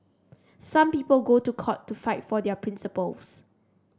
some people go to court to fight for their principles